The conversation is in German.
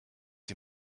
sie